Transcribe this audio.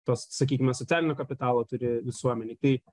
tas sakykim socialinio kapitalo turi visuomenėj tai